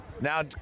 Now